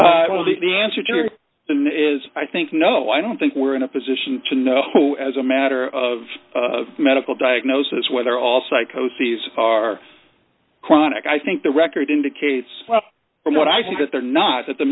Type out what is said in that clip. so the answer to them is i think no i don't think we're in a position to know as a matter of medical diagnosis whether all psycho cs are chronic i think the record indicates from what i see that they're not at the